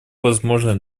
возможное